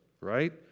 right